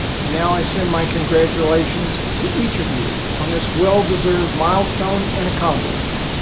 and now i send my congratulations to each of you on this well-deserved milestone and accomplishment.